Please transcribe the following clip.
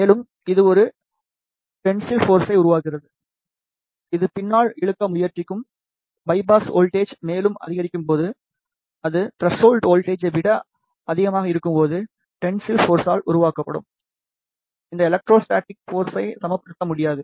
மேலும் இது ஒரு டென்சில் போர்ஸை உருவாக்குகிறது இது பின்னால் இழுக்க முயற்சிக்கும் பையாஸ் வோல்ட்டேஜ் மேலும் அதிகரிக்கும் போது அது த்ரேஷ்ஹோல்டு வோல்ட்டேஜை விட அதிகமாக இருக்கும்போது டென்சில் போர்ஸால் உருவாக்கப்படும் இந்த எலெக்ட்ரோஸ்டாடிக் போர்ஸை சமப்படுத்த முடியாது